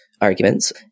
arguments